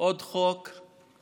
עוד חוק בעייתי,